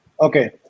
Okay